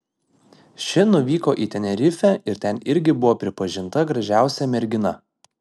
ši nuvyko į tenerifę ir ten irgi buvo pripažinta gražiausia mergina